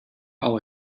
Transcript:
all